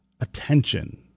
attention